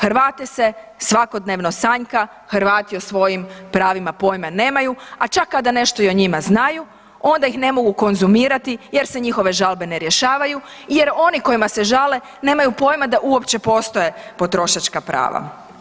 Hrvate se svakodnevno sanjka, Hrvati o svojim pravima poima nemaju, a čak kada i nešto o njima znaju onda ih ne mogu konzumirati jer se njihove žalbe ne rješavaju, jer oni kojima se žale nemaju poima da uopće postoje potrošaka prava.